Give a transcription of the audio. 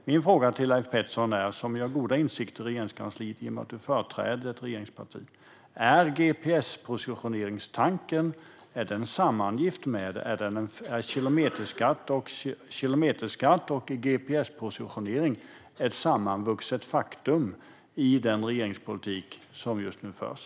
Min fråga till Leif Pettersson, som har god inblick i Regeringskansliet i och med att han företräder ett regeringsparti, är: Är kilometerskatt och gps-positionering ett sammanvuxet faktum i den regeringspolitik som just nu förs?